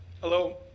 Hello